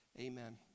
Amen